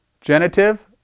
Genitive